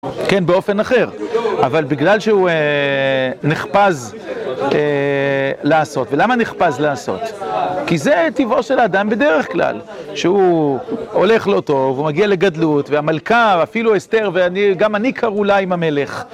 כן, באופן אחר, אבל בגלל שהוא נחפז לעשות. ולמה נחפז לעשות? כי זה טבעו של האדם בדרך כלל. שהוא הולך לא טוב, הוא מגיע לגדלות, והמלכה אפילו אסתר, וגם אני קראו לה עם המלך.